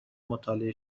مطالعه